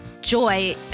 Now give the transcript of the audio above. Joy